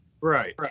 Right